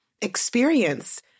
experience